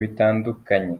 bitandukanye